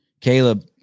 Caleb